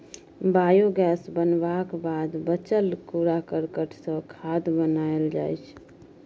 biogas बनबाक बाद बचल कुरा करकट सँ खाद बनाएल जाइ छै